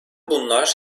bunlar